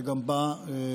שגם בה תמכתי,